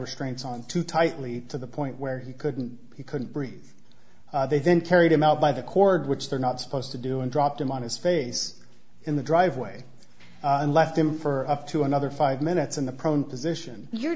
restraints on too tightly to the point where he couldn't he couldn't breathe they then carried him out by the cord which they're not supposed to do and dropped him on his face in the driveway and left him for up to another five minutes in the